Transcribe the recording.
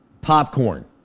popcorn